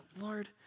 Lord